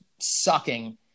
sucking